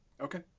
Okay